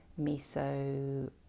miso